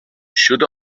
should